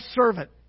servant